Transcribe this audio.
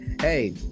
hey